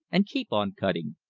and keep on cutting,